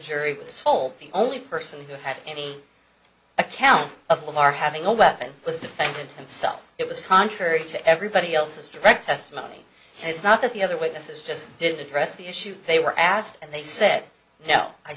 jury was told the only person who had any account of them are having a weapon was defending himself it was contrary to everybody else's direct testimony it's not that the other witnesses just didn't address the issue they were asked and they said no i